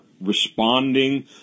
responding